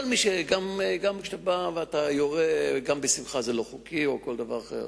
גם כשאתה יורה בשמחה זה לא חוקי או כל דבר אחר.